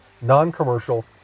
non-commercial